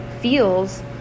feels